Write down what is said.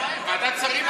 ועדת שרים,